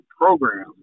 program